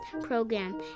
program